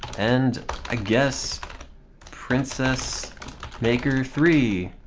and i guess princess maker three!